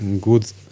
good